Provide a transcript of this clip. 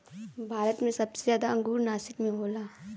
भारत मे सबसे जादा अंगूर नासिक मे होला